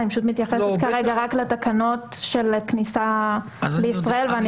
אני מתייחסת כרגע רק לתקנות של הכניסה לישראל ואני